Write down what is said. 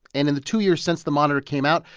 and in the two years since the monitor came out,